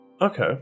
Okay